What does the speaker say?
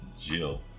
Jill